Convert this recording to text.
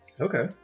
Okay